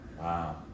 Wow